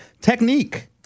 technique